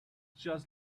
just